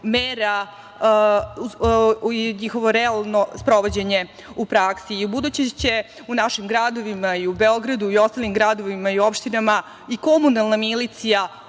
mera i realnim sprovođenjem u praksi. Ubuduće će u našim gradovima, i u Beogradu i u ostalim gradovima i opštinama i komunalna milicija